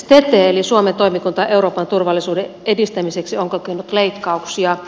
stete eli suomen toimikunta euroopan turvallisuuden edistämiseksi on kokenut leikkauksia